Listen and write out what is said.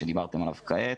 שדיברתם עליו כעת.